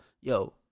Yo